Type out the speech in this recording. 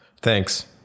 Thanks